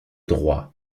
droit